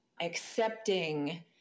accepting